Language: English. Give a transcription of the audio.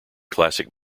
classic